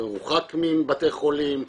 מרוחק מבתי חולים,